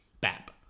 Bap